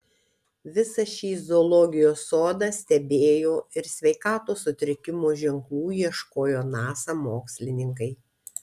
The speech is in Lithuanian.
visą šį zoologijos sodą stebėjo ir sveikatos sutrikimų ženklų ieškojo nasa mokslininkai